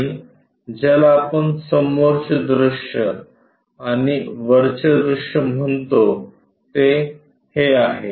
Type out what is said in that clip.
आणि ज्याला आपण समोरचे दृश्य आणि हे वरचे दृश्य म्हणतो ते हे आहे